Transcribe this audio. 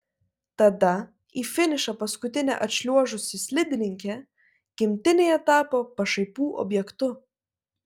tada į finišą paskutinė atšliuožusi slidininkė gimtinėje tapo pašaipų objektu